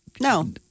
no